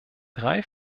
drei